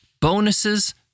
bonuses